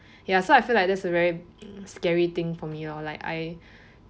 ya so I feel like this is a very um scary thing for me lor like I